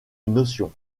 notion